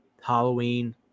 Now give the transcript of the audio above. Halloween